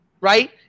right